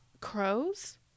crows